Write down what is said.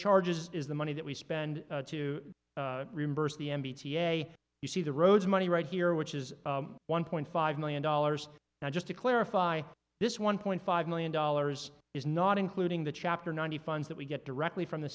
charges is the money that we spend to reimburse the m b t a you see the roads money right here which is one point five million dollars now just to clarify this one point five million dollars is not including the chapter ninety funds that we get directly from the